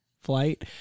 flight